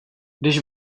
když